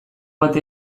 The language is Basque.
bat